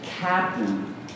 captain